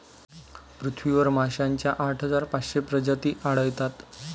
पृथ्वीवर माशांच्या आठ हजार पाचशे प्रजाती आढळतात